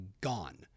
gone